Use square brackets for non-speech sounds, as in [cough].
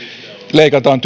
leikataan [unintelligible]